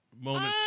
moments